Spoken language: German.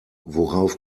worauf